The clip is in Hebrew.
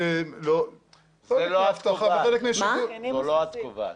קודם כל אבטחה בחלק מה --- זה לא את קובעת.